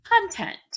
content